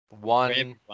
One